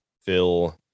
fill